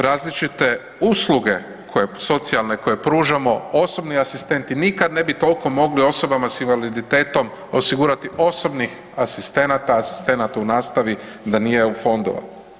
Različite usluge koje pružamo, osobni asistenti, nikad ne bi tolko mogli osobama s invaliditetom osigurati osobnih asistenata, asistenata u nastavi da nije EU fondova.